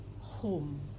home